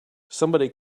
somebody